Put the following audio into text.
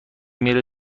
میره